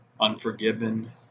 Unforgiven